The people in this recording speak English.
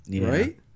Right